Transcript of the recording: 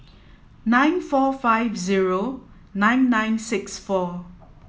nine four five zero nine nine six four